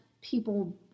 people